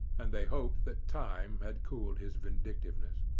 and they hoped that time had cooled his vindictiveness.